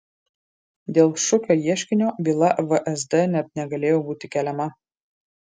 dėl šukio ieškinio byla vsd net negalėjo būti keliama